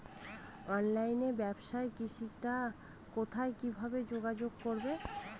অনলাইনে ব্যবসায় কৃষকরা কোথায় কিভাবে যোগাযোগ করবে?